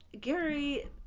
Gary